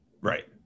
right